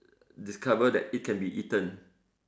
discovered that it can be eaten